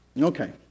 Okay